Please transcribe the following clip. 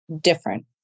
different